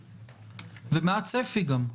ומה הצפי גם?